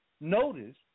Notice